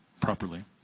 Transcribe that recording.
properly